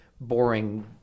boring